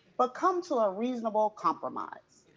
but come to a reasonable compromise?